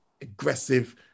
aggressive